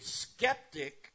skeptic